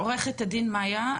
עוה"ד מאיה,